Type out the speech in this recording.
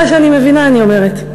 מה שאני מבינה, אני אומרת.